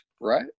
right